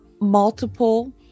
multiple